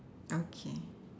okay